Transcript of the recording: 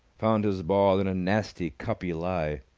found his ball in a nasty cuppy lie.